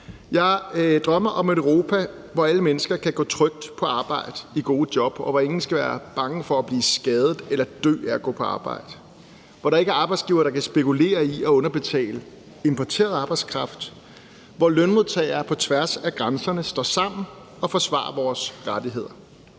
Jeg drømmer om et Europa, hvor alle mennesker kan gå trygt på arbejde i gode job, og hvor ingen skal være bange for at blive skadet eller dø af at gå på arbejde. Hvor der ikke er arbejdsgivere, der kan spekulere i at underbetale importeret arbejdskraft; hvor lønmodtagere på tværs af grænserne står sammen og forsvarer deres rettigheder.